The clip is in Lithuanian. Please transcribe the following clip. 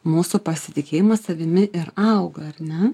mūsų pasitikėjimas savimi ir auga ar ne